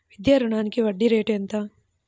విద్యా రుణానికి వడ్డీ రేటు ఎంత?